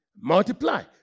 Multiply